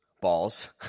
balls